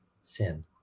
sin